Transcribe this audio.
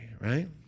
right